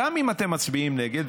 גם אם אתם מצביעים נגד,